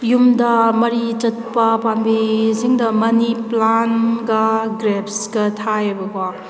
ꯌꯨꯝꯗ ꯃꯔꯤ ꯆꯠꯄ ꯄꯥꯝꯕꯤꯁꯤꯡꯗ ꯃꯅꯤ ꯄ꯭ꯂꯥꯟꯒ ꯒ꯭ꯔꯦꯞꯁꯀ ꯊꯥꯏꯕꯀꯣ